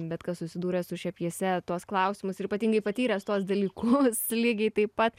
bet kas susidūręs su šia pjese tuos klausimus ir ypatingai patyręs tuos dalykus lygiai taip pat